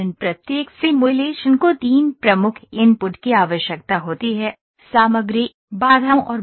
प्रत्येक सिमुलेशन को तीन प्रमुख इनपुट की आवश्यकता होती है सामग्री बाधाओं और भार